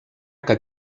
que